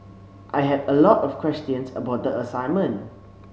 I had a lot of questions about the assignment